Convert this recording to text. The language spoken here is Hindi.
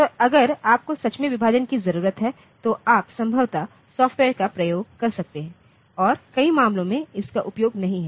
तो अगर आपको सच में विभाजन की जरूरत है तो आप संभवतः सॉफ्टवेयरका प्रयोग कर सकते हैं और कई मामलों में इसका उपयोग नहीं हैं